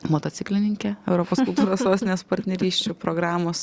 motociklininkė europos kultūros sostinės partnerysčių programos